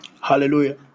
hallelujah